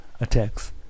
attacks